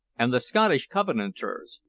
and the scottish covenanters,